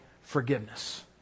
forgiveness